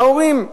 ההורים.